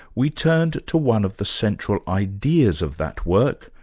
we turned to one of the central ideas of that work,